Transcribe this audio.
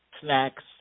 snacks